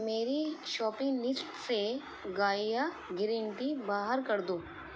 میری shopping list سے Gaia green tea باہر کر دو